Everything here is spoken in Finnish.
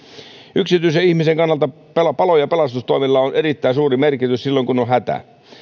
yksityisen ihmisen kannalta palo palo ja pelastustoimella on erittäin suuri merkitys silloin kun on hätä